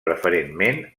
preferentment